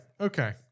Okay